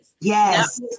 Yes